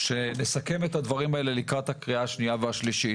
שנסכם את הדברים האלה לקראת הקריאה השנייה והשלישית.